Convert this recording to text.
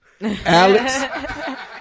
alex